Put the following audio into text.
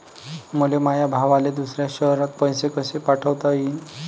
मले माया भावाले दुसऱ्या शयरात पैसे कसे पाठवता येईन?